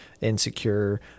insecure